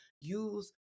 Use